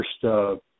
first